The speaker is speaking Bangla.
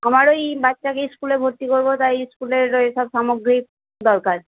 আমার ওই বাচ্চাকে স্কুলে ভর্তি করবো তাই স্কুলের ওই সব সামগ্রী দরকার